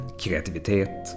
kreativitet